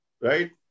right